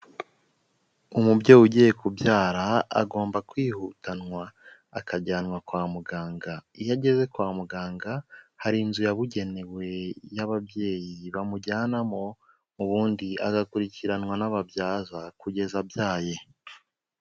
Umubyeyi ugiye kubyara agomba kwihutanwa akajyanwa kwa muganga. Iyo ageze kwa muganga hari inzu yabugenewe y'ababyeyi bamujyanamo ubundi agakurikiranwa n'ababyaza kugeza abyaye.